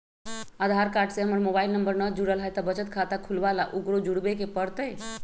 आधार card से हमर mobile number न जुरल है त बचत खाता खुलवा ला उकरो जुड़बे के पड़तई?